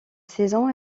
saison